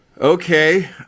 okay